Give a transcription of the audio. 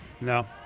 No